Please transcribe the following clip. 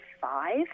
five